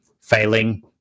failing